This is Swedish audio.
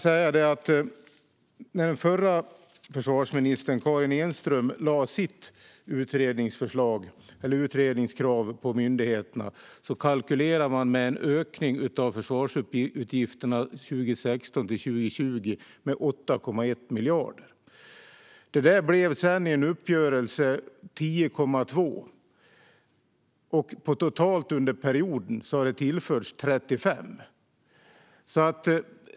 När den förra försvarsministern, Karin Enström, lade fram sitt utredningskrav på myndigheterna kalkylerade man med en ökning av försvarsutgifterna på 8,1 miljarder för 2016-2020. I en uppgörelse blev detta senare 10,2. Totalt under perioden har det tillförts 35.